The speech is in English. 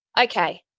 okay